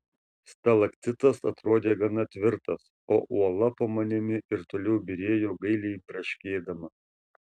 stalaktitas atrodė gana tvirtas o uola po manimi ir toliau byrėjo gailiai braškėdama